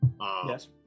Yes